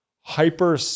hyper